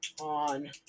on